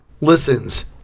listens